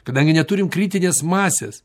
kadangi neturim kritinės masės